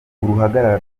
uruhagarara